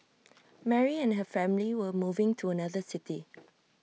Mary and her family were moving to another city